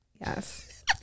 Yes